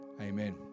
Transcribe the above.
amen